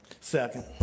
Second